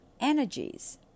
energies